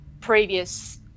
previous